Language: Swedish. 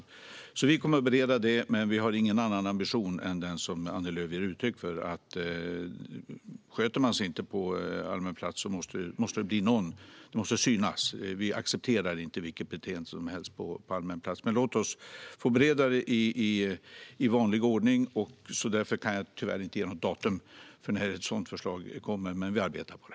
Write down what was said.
Vi kommer alltså att bereda detta, men vi har ingen annan ambition än den som Annie Lööf ger uttryck för: Sköter man sig inte på allmän plats måste det synas. Vi accepterar inte vilket beteende som helst på allmän plats. Vi måste få bereda detta i vanlig ordning, så därför kan jag tyvärr inte ge något datum för när ett sådant förslag kommer. Men vi arbetar på det.